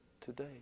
today